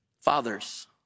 Fathers